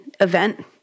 event